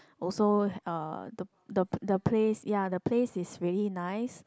also uh the the the place ya the place is really nice